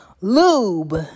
Lube